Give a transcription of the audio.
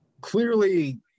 Clearly